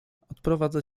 odprowadzę